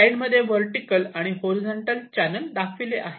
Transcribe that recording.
slide मध्ये vertical आणि horizontal channel दाखविले आहे